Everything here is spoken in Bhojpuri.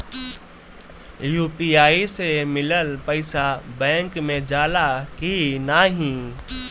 यू.पी.आई से मिलल पईसा बैंक मे जाला की नाहीं?